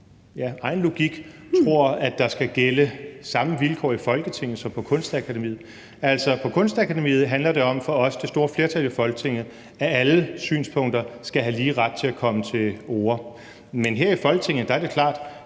egen logik, at der skal gælde samme vilkår i Folketinget som på Kunstakademiet. På Kunstakademiet handler det for os, det store flertal i Folketinget, om, at alle synspunkter skal have lige ret til at komme til orde, men her i Folketinget er det klart,